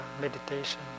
meditation